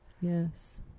Yes